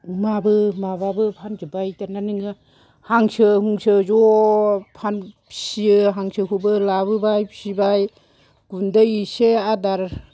अमाबो माबाबो फानजोबबाय दाना नोङो हांसो हुंसो ज' फियो हांसो खौबो लाबो बाय फिबाय गुन्दै इसे आदार